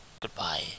goodbye